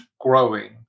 growing